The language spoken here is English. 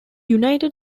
united